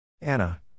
Anna